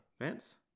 Vance